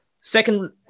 Second